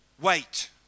Wait